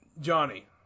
Johnny